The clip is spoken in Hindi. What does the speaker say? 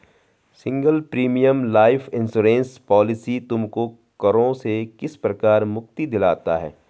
Single premium life insurance policy तुमको करों से किस प्रकार मुक्ति दिलाता है?